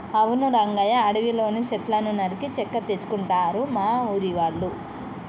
అవును రంగయ్య అడవిలోని సెట్లను నరికి చెక్క తెచ్చుకుంటారు మా ఊరి వాళ్ళు